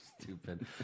Stupid